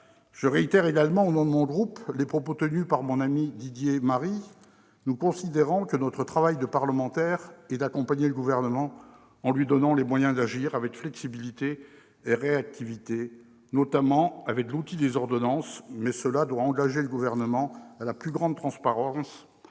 Je réitère également, au nom de mon groupe, les propos tenus par mon ami Didier Marie : à nos yeux, notre travail de parlementaires est d'accompagner le Gouvernement, en lui donnant les moyens d'agir avec flexibilité et réactivité, notamment par l'outil des ordonnances. Mais cette méthode doit engager le Gouvernement à garantir la plus grande transparence,